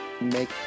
Make